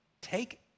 take